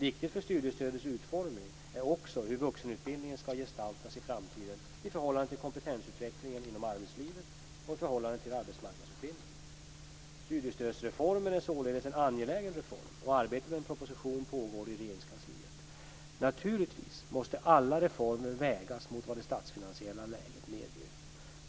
Viktigt för studiestödets utformning är också hur vuxenutbildningen skall gestaltas i framtiden i förhållande till kompetensutvecklingen inom arbetslivet och i förhållande till arbetsmarknadsutbildningen. Studiestödsreformen är således en angelägen reform, och arbetet med en proposition pågår i Regeringskansliet. Naturligtvis måste alla reformer vägas mot vad det statsfinansiella läget medger.